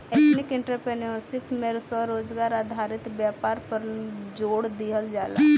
ethnic entrepreneurship में स्वरोजगार आधारित व्यापार पर जोड़ दीहल जाला